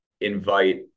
invite